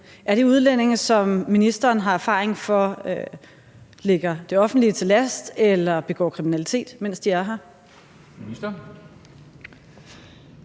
er det så udlændinge, som ministeren har erfaring med ligger det offentlige til last eller begår kriminalitet, mens de er her?